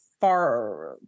far